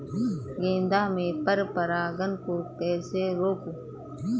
गेंदा में पर परागन को कैसे रोकुं?